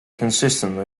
consistently